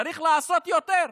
צריך לעשות יותר.